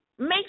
Make